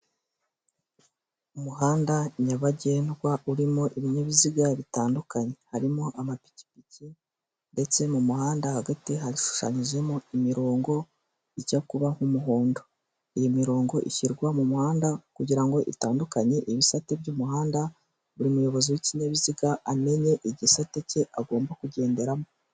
Umuhanda nyabagendwa urimo ibinyabiziga bitandukanye, harimo amapikipiki ndetse mu muhanda hagati hashushanyijwemo imirongo ijya kuba nk'umuhondo, iyi mirongo ishyirwa mu muhanda kugira ngo itandukanye ibisate by'umuhanda, buri muyobozi w'ikinyabiziga amenyenye igisate cye agomba kugenderamo.